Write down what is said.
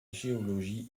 géologie